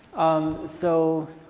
um so